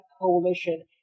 coalition